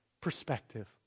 perspective